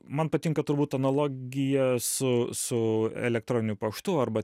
man patinka turbūt analogija su su elektroniniu paštu arba